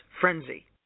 Frenzy